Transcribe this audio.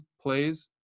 plays